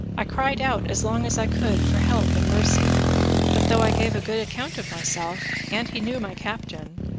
i cried out as long as i could for help and mercy but, though i gave a good account of myself, and he knew my captain,